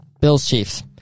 Bills-Chiefs